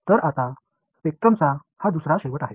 तर या स्पेक्ट्रमचा हा दुसरा शेवट आहे